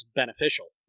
beneficial